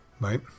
Right